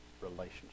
relationship